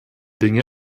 dinge